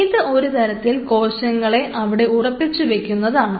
ഇത് ഒരു തരത്തിൽ കോശങ്ങളെ അവിടെ ഉറപ്പിച്ചു വയ്ക്കുന്നതാണ്